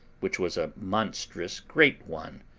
which was a monstrous great one,